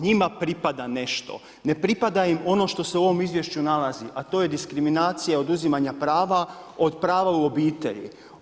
Njima pripada nešto, ne pripada im ono što se u ovom izvješću nalazi, a to je diskriminacija od uzimanja prava, od prava u obitelji.